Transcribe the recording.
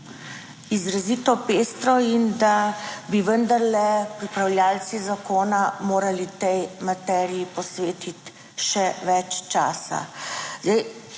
izrazito pestro. In da bi vendarle pripravljavci zakona morali tej materiji posvetiti še več časa.